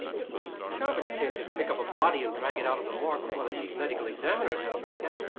but mr. calvert, you can't just pick up a body and drag it out of the morgue before the chief medical examiner's had a whack at it.